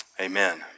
Amen